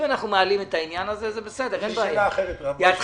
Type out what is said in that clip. אם אנחנו מעלים את העניין הזה,